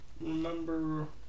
remember